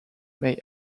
may